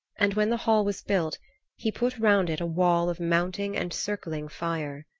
and when the hall was built he put round it a wall of mounting and circling fire.